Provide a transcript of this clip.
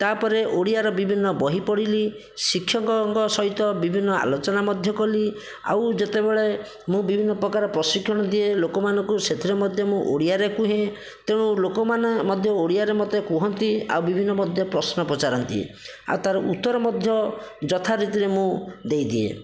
ତାପରେ ଓଡ଼ିଆର ବିଭିନ୍ନ ବହି ପଢ଼ିଲି ଶିକ୍ଷକଙ୍କ ସହିତ ବିଭିନ୍ନ ଆଲୋଚନା ମଧ୍ୟ କଲି ଆଉ ଯେତେବେଳେ ମୁଁ ବିଭିନ୍ନ ପ୍ରକାର ପ୍ରଶିକ୍ଷଣ ଦିଏ ଲୋକମାନଙ୍କୁ ସେଥିରେ ମଧ୍ୟ ମୁଁ ଓଡ଼ିଆରେ କୁହେ ତେଣୁ ଲୋକମାନେ ମଧ୍ୟ ମୋତେ ଓଡ଼ିଆରେ ମୋତେ କୁହନ୍ତି ଆଉ ବିଭିନ୍ନ ମୋତେ ପ୍ରଶ୍ନ ପଚାରନ୍ତି ଆଉ ତାର ଉତ୍ତର ମଧ୍ୟ ଯଥା ରୀତିରେ ମୁଁ ଦେଇଦିଏ